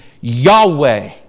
Yahweh